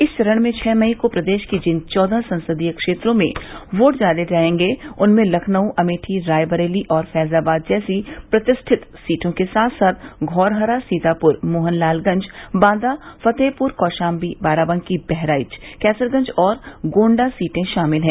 इस चरण में छह मई को प्रदेश की जिन चौदह संसदीय क्षेत्रों में वोट डाले जायेंगे उनमें लखनऊ अमेठी रायबरेली और फैज़ाबाद जैसी प्रतिष्ठित सीटों के साथ साथ धौरहरा सीतापुर मोहनलालगंज बांदा फतेहपुर कौशाम्वी बाराबंकी बहराइच कैसरगंज और गोण्डा सीटें शामिल हैं